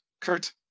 Kurt